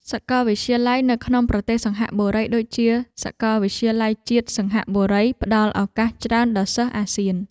សាកលវិទ្យាល័យនៅក្នុងប្រទេសសិង្ហបុរីដូចជាសាកលវិទ្យាល័យជាតិសិង្ហបុរីផ្តល់ឱកាសច្រើនដល់សិស្សអាស៊ាន។